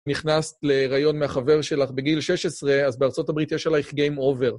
נכנסת להריון מהחבר שלך בגיל 16, אז בארה״ב יש עלייך גיים אובר.